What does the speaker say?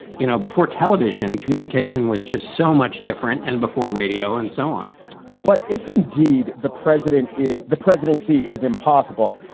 you know, before television communication was just so much different and before radio and so on but if indeed the president if the presidency is impossible.